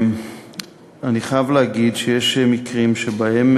אני חייב להגיד שיש מקרים שבהם